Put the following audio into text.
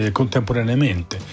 contemporaneamente